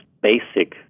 basic